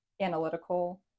analytical